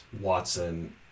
Watson